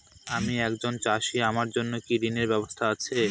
আমি একজন চাষী আমার জন্য কি ঋণের ব্যবস্থা আছে?